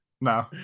No